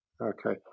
Okay